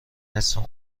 نصف